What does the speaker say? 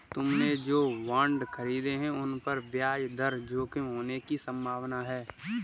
तुमने जो बॉन्ड खरीदे हैं, उन पर ब्याज दर जोखिम होने की संभावना है